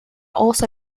also